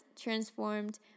transformed